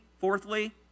Fourthly